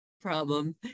problem